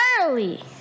early